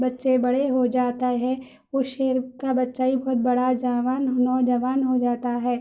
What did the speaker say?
بچّے بڑے ہو جاتا ہے اس شیر کا بچّہ بھی بہت بڑا جوان ہی نوجوان ہو جاتا ہے